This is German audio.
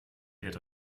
wird